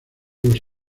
los